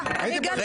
דרך